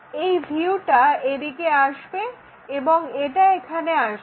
এই ভিউটা এদিকে আসবে এবং এটা এখানে যাবে